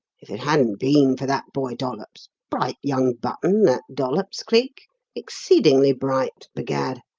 if it hadn't been for that boy, dollops bright young button, that dollops, cleek exceedingly bright, b'gad.